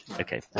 Okay